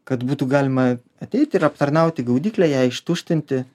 kad būtų galima ateit ir aptarnauti gaudyklę ją ištuštinti